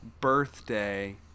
Birthday